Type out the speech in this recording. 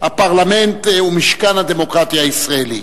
הפרלמנט ומשכן הדמוקרטיה הישראלי.